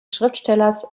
schriftstellers